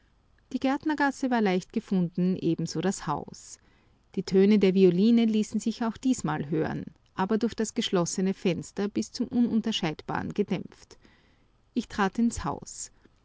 die gärtnergasse war leicht gefunden ebenso das haus die töne der violine ließen sich auch diesmal hören aber durch das geschlossene fenster bis zum ununterscheidbaren gedämpft ich trat ins haus